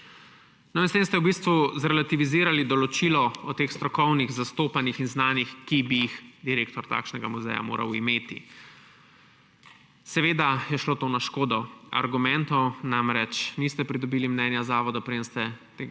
S tem ste v bistvu zrelativizirali določilo o strokovnih zastopanjih in znanjih, ki bi jih direktor takšnega muzeja moral imeti. Seveda je šlo to na škodo argumentov. Namreč, niste pridobili mnenja zavoda, preden ste to